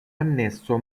annesso